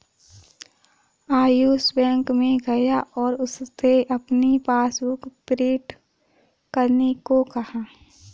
Ayush bank में गया और उससे अपनी पासबुक प्रिंट करने को कहा